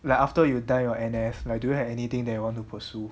like after you done your N_S like do you have anything that you want to pursue